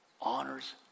honors